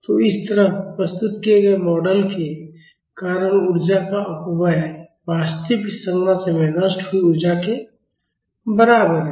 तो इस तरह प्रस्तुत किए गए मॉडल के कारण ऊर्जा का अपव्यय वास्तविक संरचना में नष्ट हुई ऊर्जा के बराबर है